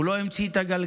הוא לא המציא את הגלגל,